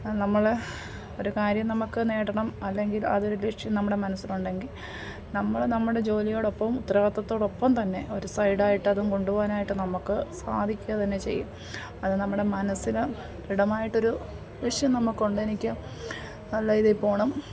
നമ്മൾ ഒരു കാര്യം നമുക്ക് നേടണം അല്ലെങ്കിൽ അതൊരു ലക്ഷ്യം നമ്മുടെ മനസ്സിനുണ്ടെങ്കിൽ നമ്മൾ നമ്മുടെ ജോലിയോടൊപ്പം ഉത്തരവാദിത്തത്തോടൊപ്പം തന്നെ ഒരു സൈഡ് ആയിട്ട് അതും കൊണ്ടുപോവാനായിട്ട് നമുക്ക് സാധിക്കുക തന്നെ ചെയ്യും അത് നമ്മുടെ മനസ്സിന് ദൃഢമായിട്ടൊരു ലക്ഷ്യം നമുക്ക് ഉണ്ട് എനിക്ക് നല്ല ഇതിൽ പോവണം